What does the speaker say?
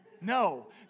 no